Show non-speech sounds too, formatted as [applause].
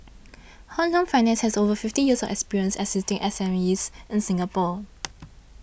Hong Leong Finance has over fifty years of experience assisting S M Es in Singapore [noise]